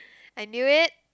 I knew it